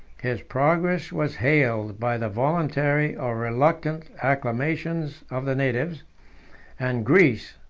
his progress was hailed by the voluntary or reluctant acclamations of the natives and greece,